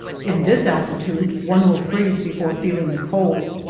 in this altitude one will freeze before feeling the cold,